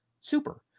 super